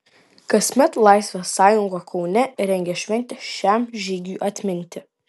kasmet laisvės sąjunga kaune rengia šventę šiam žygiui atminti